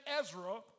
Ezra